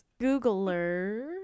Googler